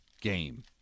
game